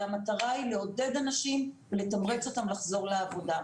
המטרה היא לעודד אנשים ולתמרץ אותם לחזור לעבודה.